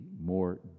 more